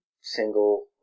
single